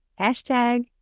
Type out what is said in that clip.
hashtag